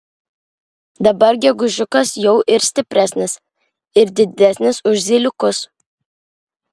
dabar gegužiukas jau ir stipresnis ir didesnis už zyliukus